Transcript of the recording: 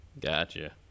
Gotcha